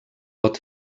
pot